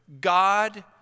God